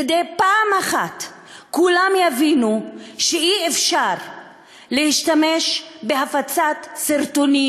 כדי שפעם אחת כולם יבינו שאי-אפשר להשתמש בהפצת סרטונים